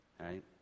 right